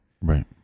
Right